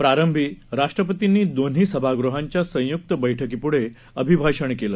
प्रारंभी राष्ट्रपतींनी दोन्ही सभागृहांच्या संयुक्त बैठकीपुढं अभिभाषण केलं